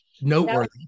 noteworthy